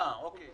אה, אוקיי.